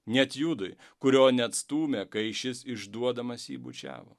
net judui kurio neatstūmė kai šis išduodamas jį bučiavo